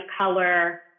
color